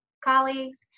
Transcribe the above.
colleagues